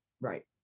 Right